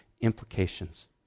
implications